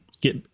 Get